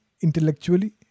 intellectually